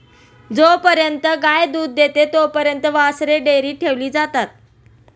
जोपर्यंत गाय दूध देते तोपर्यंत वासरे डेअरीत ठेवली जातात